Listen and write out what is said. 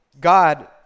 God